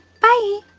bye!